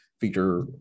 feature